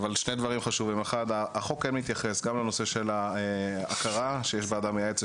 אבל שני דברים חשובים: החוק מתייחס גם לנושא של ההכרה שתהיה ועדה מייעצת